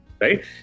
right